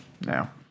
now